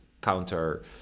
counter